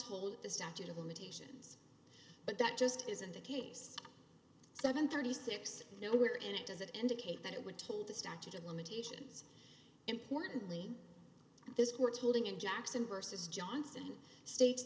told the statute of limitations but that just isn't the case seven thirty six no where in it does it indicate that it would told the statute of limitations importantly this court's holding in jackson versus johnson states